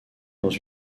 dans